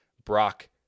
Brock